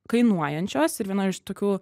kainuojančios ir viena iš tokių